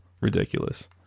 ridiculous